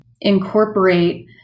incorporate